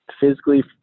physically